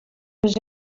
més